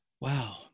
wow